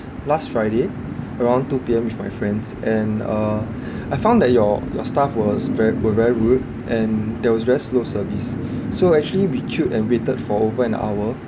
last friday around two P_M with my friends and uh I found that your your staff was very were very rude and there was very slow service so actually we queued and waited for over an hour